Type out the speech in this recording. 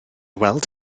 weld